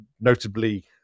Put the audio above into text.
notably